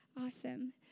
Awesome